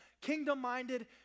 kingdom-minded